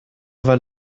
weil